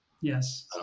Yes